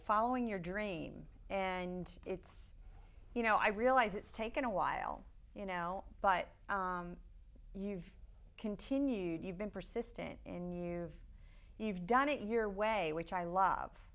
following your dream and it's you know i realize it's taken a while you know but you've continued you've been persistent and you've you've done it your way which i love